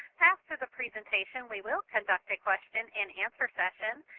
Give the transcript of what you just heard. after the presentation, we will conduct a question and answer session.